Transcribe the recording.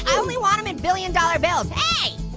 only want them in billion dollar bills. hey,